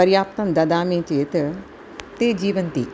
पर्याप्तं ददामि चेत् ते जीवन्ति